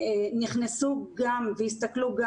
נכנסו והסתכלו,